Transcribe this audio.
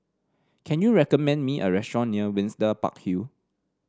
can you recommend me a restaurant near Windsor Park Hill